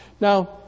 Now